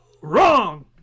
wrong